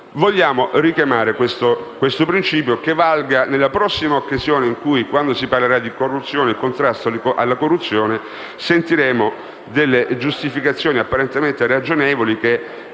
allora richiamare questo principio affinché valga nella prossima occasione in cui si parlerà di contrasto alla corruzione, e sentiremo delle giustificazioni apparentemente ragionevoli che